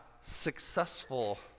successful